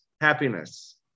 happiness